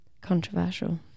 Controversial